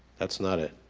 that's not it.